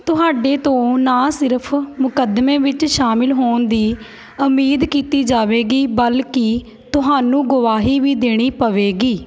ਤੁਹਾਡੇ ਤੋਂ ਨਾਂ ਸਿਰਫ ਮੁਕੱਦਮੇ ਵਿੱਚ ਸ਼ਾਮਿਲ ਹੋਣ ਦੀ ਉਮੀਦ ਕੀਤੀ ਜਾਵੇਗੀ ਬਲਕਿ ਤੁਹਾਨੂੰ ਗਵਾਹੀ ਵੀ ਦੇਣੀ ਪਵੇਗੀ